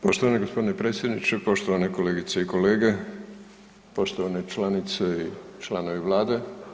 Poštovani g. predsjedniče, poštovane kolegice i kolege, poštovane članice i članovi vlade.